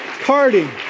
Carding